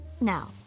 Now